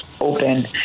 open